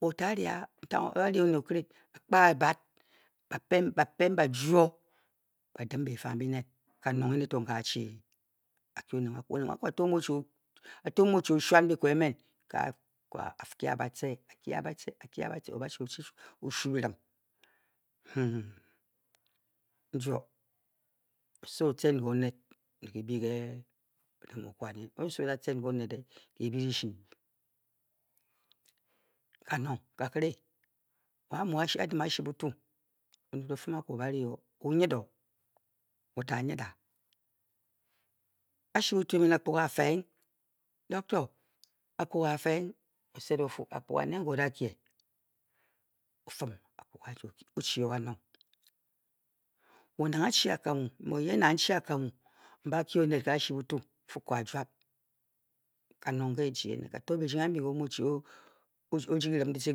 Wo to a ri a a? to a ni a ne onyi okire akpa a bad, ba pem ba pem ba jwo, ba dim beh fang mbi nen kanong ene to nke a chi a kye oned mu akwu oned mu akwu ka to o-muu o-chi o, o-muu o-chi o-shuan biko emen ke a-koo a, a-kye batce a-kye batce a-kye batce, o ba chi o chi o-shu kimm, hmmm n-jo oso o-tcen ke oso o-da tcen ke oned e ki byi dishi kanong ka kire a-a mu asli a-dim ashibutu oned o-akwu o-ba ri o, o-onyid o. o to a a nyio a, ashi butu emen akpuga a feng? doctor akpuga a feng? o-sed a p-fu akpuga nen nke o da kye o-fum o kpe ke ashibutu o-chi o kanong wo nang a-chi akamu mu o yen nana n chi akamu, a da kye oned ke ashibutu, n-fu ko a-jualo kanong nke n chi ene kato birying ambi nke o mu o chi o ordyi kirim ditce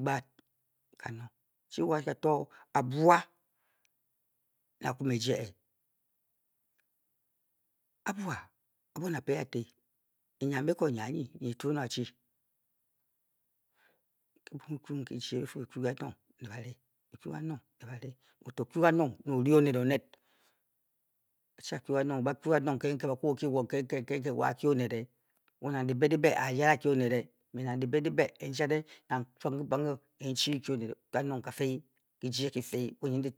gba ad kanong chi wa kanoto a bwaa ne a kwu me e jye a bua ka buon a-be-e a-te enyiambiko nyi anyi nyi e-tuon o achi nki nki kichi m-fuu kyu ka nong ne bare kwuju kanong ne bare wo to kwuju kanong ne o ri owen oned da chi a kyu kanong ba kwju kanong nke nke ba a kwungh o e kye wo nke nke nke nke wo a a kye oned, wo nang dyibe dyibe a a jade a-kye oned e mme nang dyibe dyibe n-jade nang chwom ki bonghe n di n-kye oned e, kanong ka dii kihie ki fii bunyidyitiem